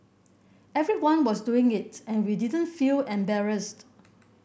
everyone was doing it and we didn't feel embarrassed